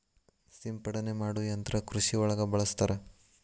ಸಿಂಪಡನೆ ಮಾಡು ಯಂತ್ರಾ ಕೃಷಿ ಒಳಗ ಬಳಸ್ತಾರ